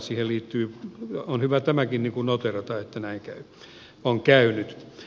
siihen liittyen on hyvä tämäkin noteerata että näin on käynyt